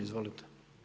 Izvolite.